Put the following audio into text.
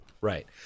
Right